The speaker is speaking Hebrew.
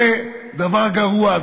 זה דבר גרוע.